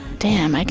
damn, like